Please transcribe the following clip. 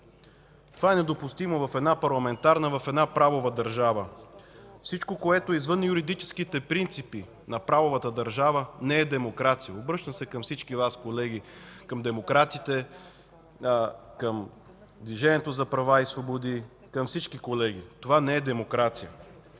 Това е недопустимо в една парламентарна, в една правова държава. Всичко, което е извън юридическите принципи на правовата държава, не е демокрация. Обръщам се към всички Вас, колеги – към демократите, към Движението за права и свободи, към всички колеги. Това не е демокрация.